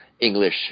English